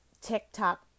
TikTok